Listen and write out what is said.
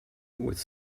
with